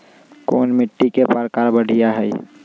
कोन मिट्टी के प्रकार बढ़िया हई?